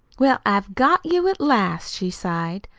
well, i've got you at last, she sighed,